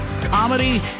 comedy